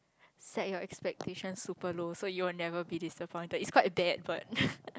set your expectations super low so you will never be disappointed it's quite bad but